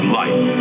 life